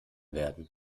werden